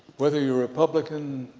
whether you're a republican,